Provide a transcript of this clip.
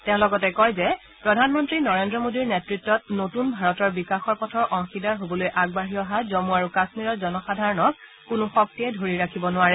তেওঁ লগতে কয় যে প্ৰধানমন্ত্ৰী নৰেন্দ্ৰ মোডীৰ নেতত্তত নতুন ভাৰতৰ বিকাশৰ পথৰ অংশীদাৰ হ'বলৈ আগবাঢ়ি অহা জম্মু আৰু কাশ্মীৰৰ জনসাধাৰণক কোনো শক্তিয়ে ধৰি ৰাখিব নোৱাৰে